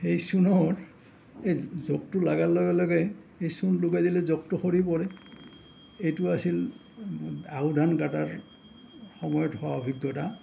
সেই চূণৰ এই জোকটো লগাৰ লগে লগে এই চূণ লগাই দিলে জোকটো সৰি পৰে এইটো আছিল আহু ধান কটাৰ সময়ত হোৱা অভিজ্ঞতা